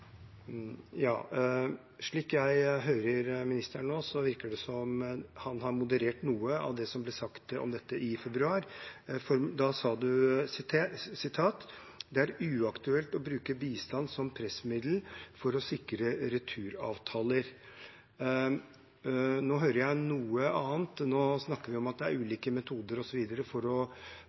Slik jeg hører ministeren nå, virker det som om han har moderert noe av det som ble sagt om dette i februar. Da sa du at det var uaktuelt å bruke bistand som pressmiddel for å sikre returavtaler. Nå hører jeg noe annet. Nå snakker vi om at det er ulike metoder, osv. for å